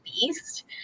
beast